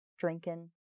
drinking